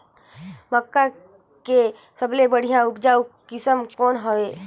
मक्का के सबले बढ़िया उपजाऊ किसम कौन हवय?